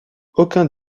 aucun